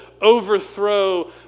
overthrow